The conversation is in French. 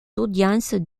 audiences